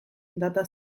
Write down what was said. data